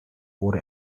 wurde